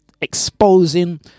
exposing